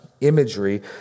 imagery